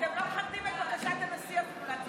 אתם לא מכבדים את בקשת הנשיא אפילו לעצור את החקיקה.